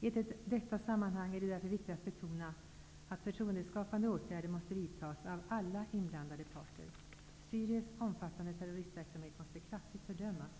I detta sammanhang är det därför viktigt att betona att förtroendeskapande åtgärder måste vidtas av alla inblandade parter. Syriens omfattande terroristverksamhet måste kraftigt fördömas.